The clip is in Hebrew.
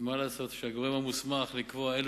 מה לעשות שהגורם המוסמך לקבוע אילו